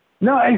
No